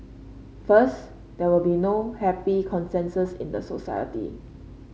first there will be no happy consensus in the society